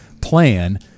plan